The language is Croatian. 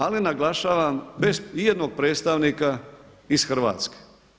Ali naglašavam bez i jednog predstavnika iz Hrvatske.